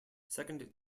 second